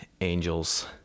angels